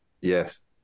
Yes